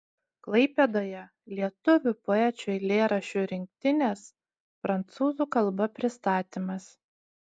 klaipėdoje lietuvių poečių eilėraščių rinktinės prancūzų kalba pristatymas